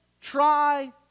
try